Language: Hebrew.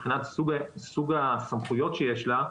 סוג הסמכויות שיש לה,